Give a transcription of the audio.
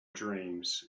dreams